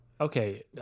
Okay